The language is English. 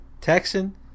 Texan